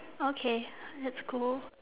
okay let's go